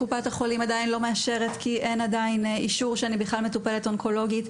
קופת החולים לא מאשרת כי אין עדיין אישור שהאדם מטופל אונקולוגית.